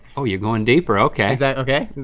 oh you're going deeper, okay. is that okay?